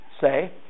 say